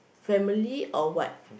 family or what